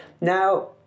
Now